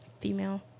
Female